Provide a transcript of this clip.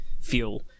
fuel